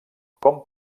com